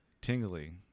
Tingly